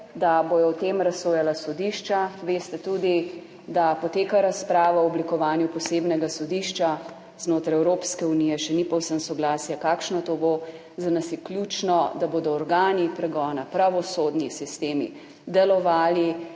da bodo o tem razsojala sodišča. Veste tudi, da poteka razprava o oblikovanju posebnega sodišča. Znotraj Evropske unije še ni povsem soglasje, kakšno to bo, za nas je ključno, da bodo organi pregona, pravosodni sistemi delovali